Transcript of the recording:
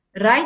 right